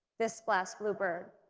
this glass bluebird,